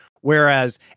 Whereas